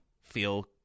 feel